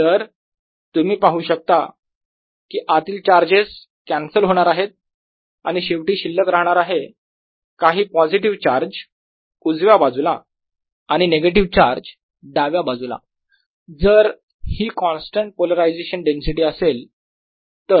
तर तुम्ही पाहू शकता की आतील चार्जेस कॅन्सल होणार आहेत आणि शेवटी शिल्लक राहणार आहे काही पॉझिटिव्ह चार्ज उजव्या बाजूला आणि निगेटिव्ह चार्ज डाव्या बाजूला जर ही कॉन्स्टंट पोलरायझेशन डेन्सिटी असेल तर